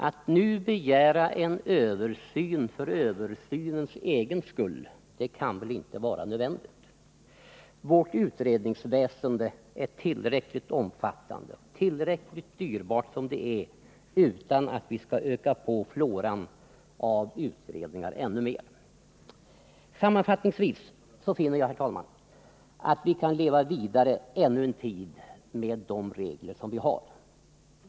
Att nu begära en översyn för översynens egen skull kan väl inte vara nödvändigt; vårt utredningsväsende är tillräckligt omfattande ändå och tillräckligt dyrbart som det är utan att vi skall öka floran av utredningar ännu mer. Sammanfattningsvis finner jag, herr talman, att vi kan leva vidare ännu en tid med de regler som vi har.